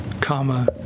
comma